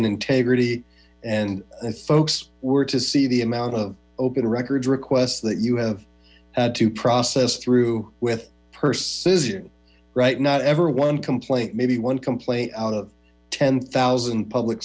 and integrity and folks were to see the amount of open records requests that you have had to process through with purses right not ever one complaint maybe one complaint out ten thousand publi